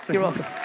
your welcome